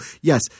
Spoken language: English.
yes